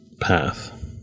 path